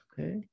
Okay